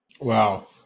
Wow